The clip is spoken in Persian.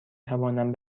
توانم